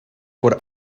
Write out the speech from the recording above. por